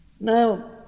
Now